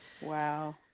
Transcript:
Wow